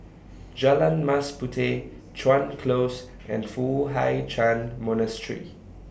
Jalan Mas Puteh Chuan Close and Foo Hai Ch'An Monastery